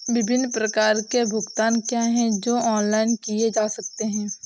विभिन्न प्रकार के भुगतान क्या हैं जो ऑनलाइन किए जा सकते हैं?